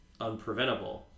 unpreventable